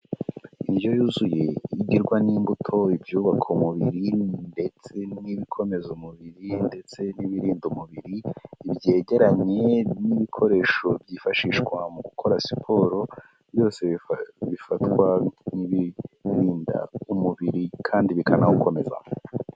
Indyo yuzuye igirwa n'imbuto, ibyubaka umubiri ndetse n'ibikomeza umubiri ndetse n'ibirinda umubiri, ibi byegeranye n'ibikoresho byifashishwa mu gukora siporo, byose bifatwa nk'ibirinda umubiri kandi bikanawukomeza.